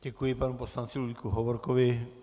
Děkuji panu poslanci Ludvíku Hovorkovi.